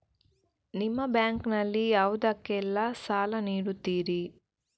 ನಿಮ್ಮ ಬ್ಯಾಂಕ್ ನಲ್ಲಿ ಯಾವುದೇಲ್ಲಕ್ಕೆ ಸಾಲ ನೀಡುತ್ತಿರಿ?